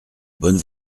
bonne